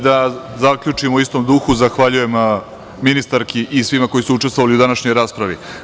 Da zaključim u istom duhu, zahvaljujem ministarki i svima koji su učestvovali u današnjoj raspravi.